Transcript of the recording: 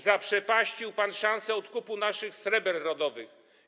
Zaprzepaścił pan szansę odkupu naszych sreber rodowych.